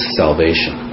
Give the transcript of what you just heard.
salvation